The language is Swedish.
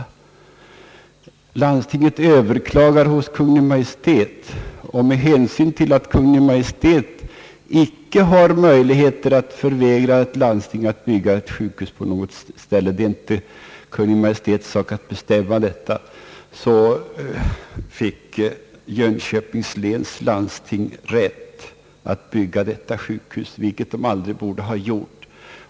Landstinget överklagade hos Kungl. Maj:t. Eftersom Kungl. Maj:t icke har möjlighet att förvägra ett landsting att bygga ett sjukhus på något ställe — det är inte Kungl. Maj:ts sak att bestämma sådant — så fick Jönköpings läns landsting rätt att bygga detta sjukhus, vilket aldrig borde ha skett.